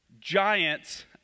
Giants